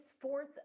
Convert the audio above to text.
fourth